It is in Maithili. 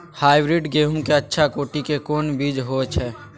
हाइब्रिड गेहूं के अच्छा कोटि के कोन बीज होय छै?